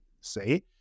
say